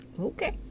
Okay